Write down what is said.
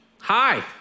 Hi